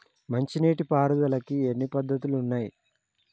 మంచి నీటి పారుదలకి ఎన్ని పద్దతులు ఉన్నాయి?